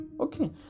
Okay